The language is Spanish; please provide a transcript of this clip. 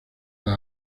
las